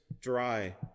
dry